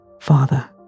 Father